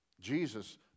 Jesus